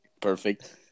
perfect